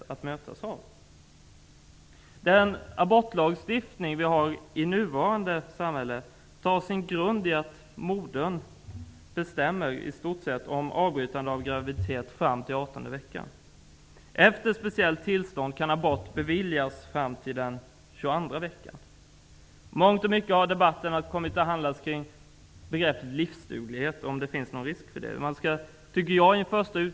Samhällets nuvarande abortlagstiftning grundar sig på att modern bestämmer om avbrytande av graviditet fram till den 18:e veckan. Med speciellt tillstånd kan abort beviljas fram till den 22:a veckan. Mycket av debatten har kommit att handla om begreppet livsduglighet; om det finns risk för att fostret är livsdugligt vid den tiden.